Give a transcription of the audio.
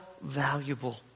valuable